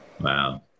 Wow